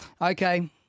Okay